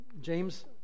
James